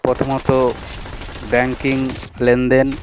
প্রথমত ব্যাঙ্কিং লেনদেন